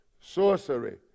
sorcery